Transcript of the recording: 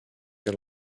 get